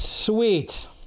Sweet